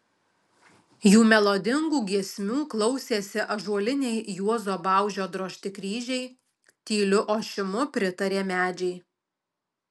jų melodingų giesmių klausėsi ąžuoliniai juozo baužio drožti kryžiai tyliu ošimu pritarė medžiai